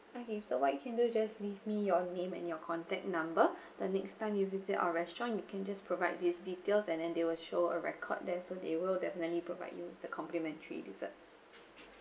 okay so what you can do is just leave me your name and your contact number the next time you visit our restaurant you can just provide these details and then they will show a record there so they will definitely provide you the complimentary desserts